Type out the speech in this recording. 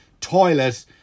toilet